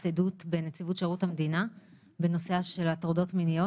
עדות בנציבות שירות המדינה בנושא של הטרדות מיניות,